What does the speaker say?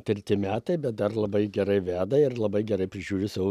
treti metai bet dar labai gerai veda ir labai gerai prižiūri savo